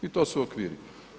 I to su okviri.